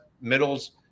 middles